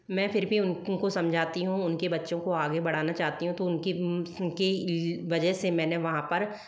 मैं फिर भी उनको समझाती हूँ उनके बच्चों को आगे बढ़ाना चाहती हूँ तो उनकी उनकी उनकी वजह से मैंने वहाँ पर